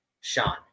Sean